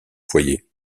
foyers